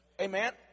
Amen